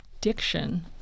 diction